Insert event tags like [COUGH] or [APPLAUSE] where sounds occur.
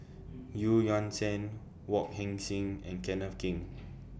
[UNINTELLIGIBLE] Yuan Zhen Wong Heck Sing and Kenneth Keng